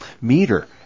meter